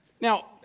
Now